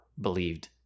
believed